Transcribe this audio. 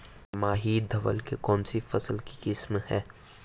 माही धवल कौनसी फसल की किस्म है?